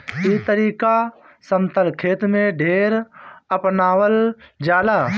ई तरीका समतल खेत में ढेर अपनावल जाला